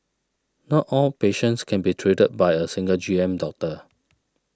not all patients can be treated by a single G M doctor